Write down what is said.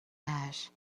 ash